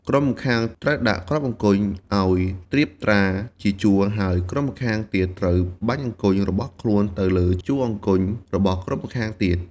ក្រុមម្ខាងត្រូវដាក់គ្រាប់អង្គញ់ឲ្យត្រៀបត្រាជាជួរ ហើយក្រុមម្ខាងទៀតត្រូវបាញ់អង្គញ់របស់ខ្លួនទៅលើជួរអង្គញ់របស់ក្រុមម្ខាងទៀត។